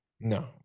No